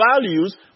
values